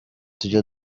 tujya